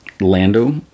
Lando